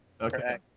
Okay